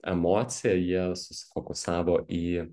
emocija jie susifokusavo į